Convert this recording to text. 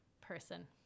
person